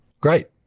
Great